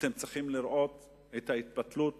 אתם צריכים לראות את ההתפתלות